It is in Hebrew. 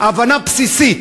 הבנה בסיסית,